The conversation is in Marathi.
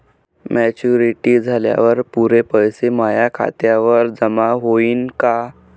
मॅच्युरिटी झाल्यावर पुरे पैसे माया खात्यावर जमा होईन का?